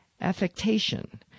affectation